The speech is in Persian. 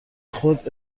خود